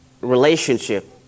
relationship